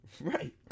Right